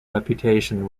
reputation